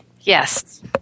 Yes